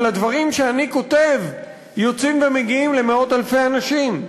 אבל הדברים שאני כותב יוצאים ומגיעים למאות-אלפי אנשים,